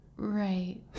Right